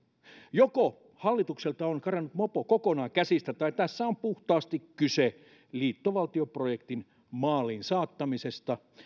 joko hallitukselta on karannut mopo kokonaan käsistä tai tässä on puhtaasti kyse liittovaltioprojektin maaliin saattamisesta